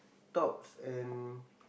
tops and